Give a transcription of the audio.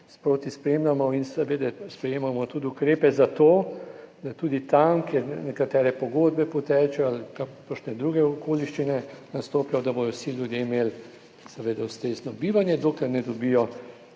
sproti spremljamo in seveda sprejemamo tudi ukrepe za to, da bodo tudi tam, kjer nekatere pogodbe potečejo ali kakšne druge okoliščine nastopijo, vsi ljudje imeli ustrezno bivanje, dokler ne dobijo